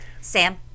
Sam